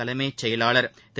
தலைமைச் செயலாளர் திரு